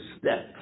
steps